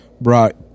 brought